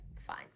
fine